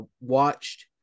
watched